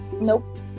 Nope